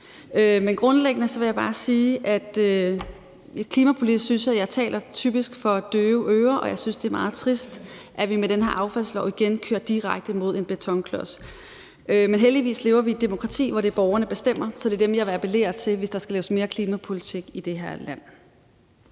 Grundlæggende vil jeg bare sige, at klimapolitisk synes jeg, at jeg typisk taler for døve øren, og jeg synes, det er meget trist, at vi med den her affaldslov igen kører direkte mod en betonklods. Men heldigvis lever vi i et demokrati, hvor det er borgerne, der bestemmer, så det er dem, jeg vil appellere til, hvis der skal laves mere klimapolitik i det her land.